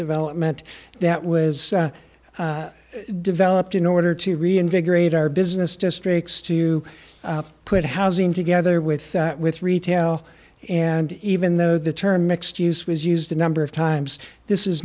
development that was developed in order to reinvigorate our business districts to put housing together with with retail and even though the term mixed use was used a number of times this is